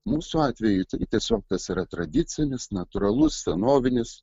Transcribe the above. mūsų atveju tiesiog tas yra tradicinis natūralus senovinis